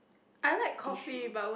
do you have tissue